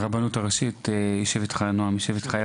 מהרבנות הראשית יישב איתך, ונועם יישב איתך.